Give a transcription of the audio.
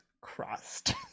crossed